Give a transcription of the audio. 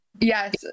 yes